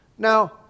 Now